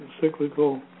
cyclical